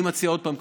אני מציע עוד פעם,